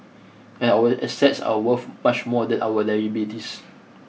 and our assets are worth much more than our liabilities